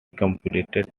completed